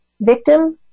victim